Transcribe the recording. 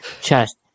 chest